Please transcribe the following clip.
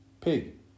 Pig